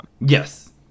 Yes